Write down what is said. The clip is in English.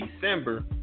December